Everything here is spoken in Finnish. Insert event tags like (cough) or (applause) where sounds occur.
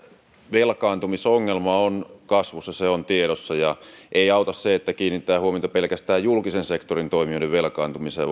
velkaantumisongelma on kasvussa se on tiedossa ja ei auta se että kiinnitetään huomiota pelkästään julkisen sektorin toimijoiden velkaantumiseen (unintelligible)